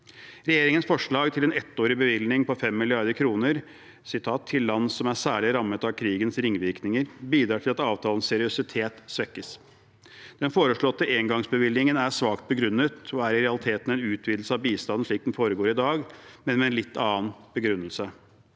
Regjeringens forslag til en ettårig bevilgning på 5 mrd. kr «til utviklingsland som er særlig rammet av krigens ringvirkninger», bidrar til at avtalens seriøsitet svekkes. Den foreslåtte engangsbevilgningen er svakt begrunnet og er i realiteten en utvidelse av bistanden slik den foregår i dag, men med en litt annen begrunnelse.